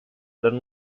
gran